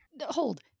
Hold